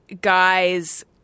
guy's